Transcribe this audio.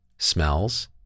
smells